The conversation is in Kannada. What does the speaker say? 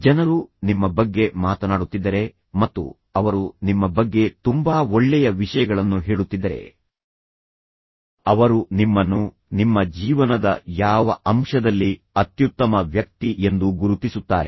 ಜನರು ನಿಮ್ಮ ಬಗ್ಗೆ ಮಾತನಾಡುತ್ತಿದ್ದರೆ ಮತ್ತು ಅವರು ನಿಮ್ಮ ಬಗ್ಗೆ ತುಂಬಾ ಒಳ್ಳೆಯ ವಿಷಯಗಳನ್ನು ಹೇಳುತ್ತಿದ್ದರೆ ಅವರು ನಿಮ್ಮನ್ನು ನಿಮ್ಮ ಜೀವನದ ಯಾವ ಅಂಶದಲ್ಲಿ ಅತ್ಯುತ್ತಮ ವ್ಯಕ್ತಿ ಎಂದು ಗುರುತಿಸುತ್ತಾರೆ